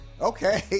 Okay